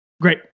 Great